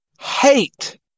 hate